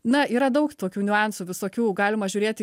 na yra daug tokių niuansų visokių galima žiūrėti